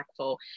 impactful